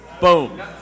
Boom